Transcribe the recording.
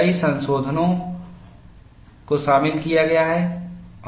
कई संशोधनों को शामिल किया गया है